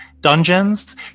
dungeons